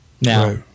Now